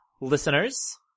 Listeners